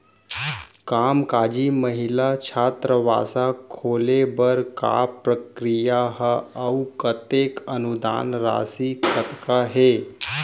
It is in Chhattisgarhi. कामकाजी महिला छात्रावास खोले बर का प्रक्रिया ह अऊ कतेक अनुदान राशि कतका हे?